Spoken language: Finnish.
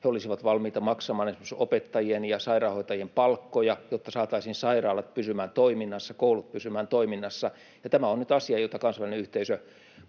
He olisivat valmiita maksamaan esimerkiksi opettajien ja sairaanhoitajien palkkoja, jotta saataisiin sairaalat pysymään toiminnassa, koulut pysymään toiminnassa, ja tämä on nyt asia, jota kansainvälinen yhteisö pohtii,